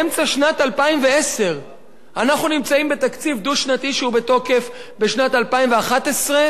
2010. אנחנו נמצאים בתקציב דו-שנתי שהוא בתוקף בשנים 2011 ו-2012.